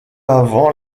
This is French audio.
avant